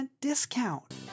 discount